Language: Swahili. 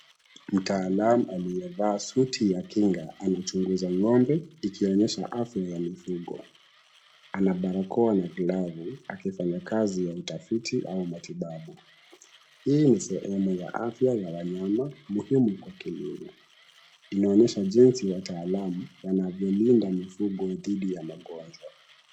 Mtaalamu aliyevaa suti ya kinga anachunguza ng'ombe ikionyesha afya ya mifugo. Ana barakoa na glavu, akifanya kazi ya utafiti au matibabu. Hii ni sehemu ya afya ya wanyama, muhimu kwa kilimo. Inaonyesha jinsi wataalamu wanavyolinda mifugo dhidi ya magonjwa.